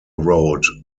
wrote